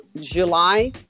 July